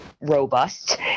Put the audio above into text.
robust